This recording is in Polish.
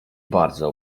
bardzo